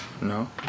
No